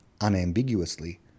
unambiguously